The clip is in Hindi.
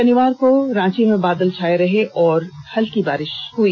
शनिवार को रांची में बादल छाए रहे और हल्की बारिश हुई